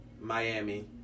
Miami